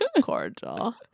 cordial